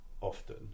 often